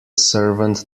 servant